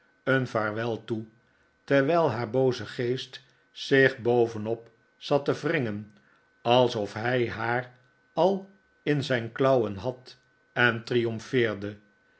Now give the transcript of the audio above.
een vaarwel toe terwijl haar booze geest zich bovenop zat te wringen alsof hij haar al in zijn klauwen had en